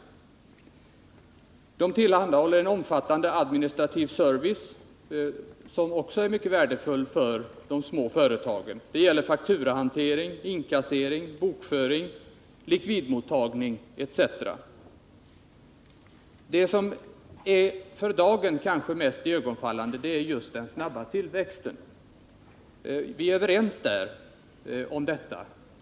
Finansbolagen tillhandahåller en omfattande administrativ service som är mycket värdefull för de små företagen. Det gäller fakturahanteringen, inkassering, bokföring, likvidmottagning etc. Men det som för dagen kanske är mest iögonenfallande är just den snabba tillväxten. Vi är överens om detta.